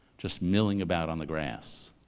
just milling about on the grass.